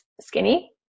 skinny